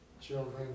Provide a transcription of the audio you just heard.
children